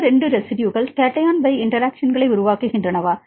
இந்த 2 ரெஸிட்யுகள் cation pi இன்டெராக்ஷன்களை உருவாக்குகின்றனவா